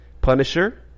Punisher